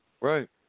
right